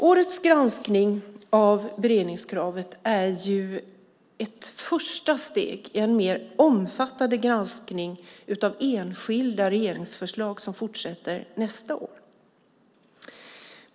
Årets granskning av beredningskravet är ju ett första steg i en mer omfattande granskning av enskilda regeringsförslag som fortsätter nästa år.